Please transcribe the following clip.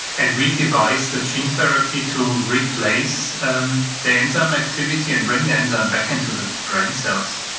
and we devised a gene therapy to replace um the enzyme activity and bring the enzyme back into the brain cells.